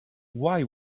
why